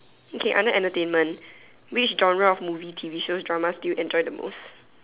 okay under entertainment which genre of movie T_V shows dramas do you enjoy the most